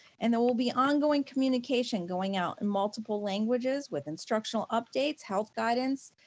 and there will be ongoing communication going out in multiple languages with instructional updates, health guidance,